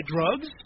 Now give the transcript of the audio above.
drugs